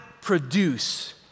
produce